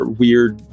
weird